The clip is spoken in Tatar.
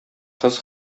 кыз